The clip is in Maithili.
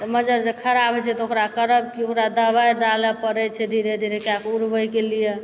तऽ मजर जे खराब होइ छै तऽ ओकरा करब की ओकरा दबाइ डालऽ पड़य छै धीरे धीरे कए कऽ उड़बयके लिअ